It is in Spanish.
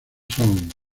sound